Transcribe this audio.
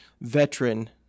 veteran